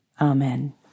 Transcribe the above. Amen